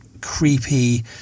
creepy